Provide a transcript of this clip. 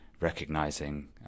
recognizing